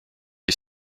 des